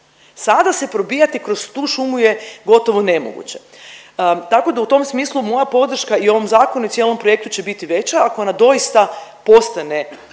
Sada se probijati kroz tu šumu je gotovo nemoguće, tako da u tom smislu, moja podrška i ovom Zakonu i cijelom projektu će biti veća ako ona doista postane